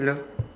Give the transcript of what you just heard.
hello